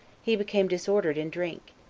he became disordered in drink,